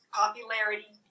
popularity